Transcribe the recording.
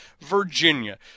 Virginia